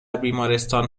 بیمارستان